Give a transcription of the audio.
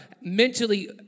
mentally